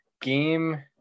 game